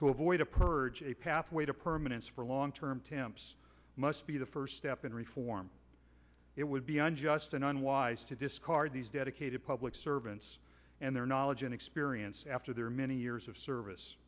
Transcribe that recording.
to avoid a purge a pathway to permanence for long term temps must be the first step in reform it would be an just an unwise to discard these dedicated public servants and their knowledge and experience after their many years of service